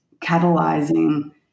catalyzing